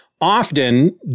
often